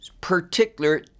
particular